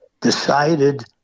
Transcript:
decided